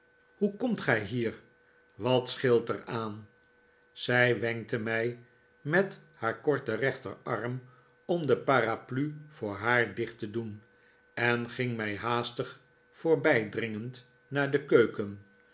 hoe komt gij hier wat scheelt er aan zij wenkte mij met haar korten rechterarm om de paraplu voor haar dicht te doen en ging mij haastig voorbijdringend naar de keuk'en